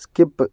skip